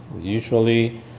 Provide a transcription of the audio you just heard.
Usually